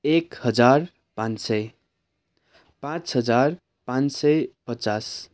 एक हजार पाँच सय पाँच हजार पाँच सय पचास